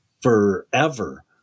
forever